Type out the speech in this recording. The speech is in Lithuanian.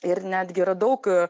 ir netgi yra daug